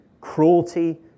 cruelty